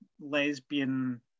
lesbian